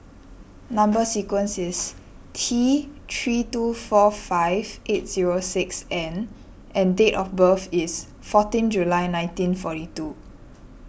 Number Sequence is T three two four five eight zero six N and date of birth is fourteen July nineteen forty two